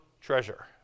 treasure